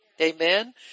Amen